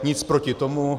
Nic proti tomu.